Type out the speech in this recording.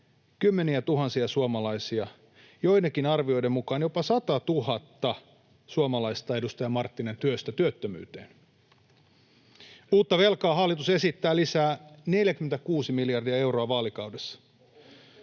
kymmeniätuhansia suomalaisia, joidenkin arvioiden mukaan jopa satatuhatta suomalaista, edustaja Marttinen, työstä työttömyyteen. Uutta velkaa hallitus esittää lisää 46 miljardia euroa vaalikaudessa.